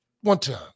One-time